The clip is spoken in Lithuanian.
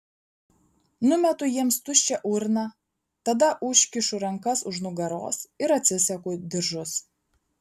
numetu jiems tuščią urną tada užkišu rankas už nugaros ir atsisegu diržus